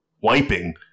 wiping